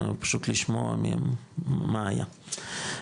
פשוט לשמוע מהם מה היה.